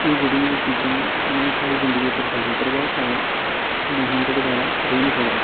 एह् जेह्ड़ियां चीजां इ'नैं साढ़ी जिन्दगी उप्पर ज्यादा प्रभाव पाया हुन अस इन्दे बगैरा रेही नि सकदे